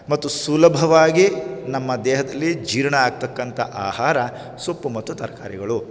ಮತ್ತು ಸುಲಭವಾಗಿ ನಮ್ಮ ದೇಹದಲ್ಲಿ ಜೀರ್ಣ ಆಗ್ತಕ್ಕಂಥ ಆಹಾರ ಸೊಪ್ಪು ಮತ್ತು ತರಕಾರಿಗಳು